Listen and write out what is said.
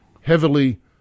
heavily